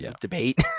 debate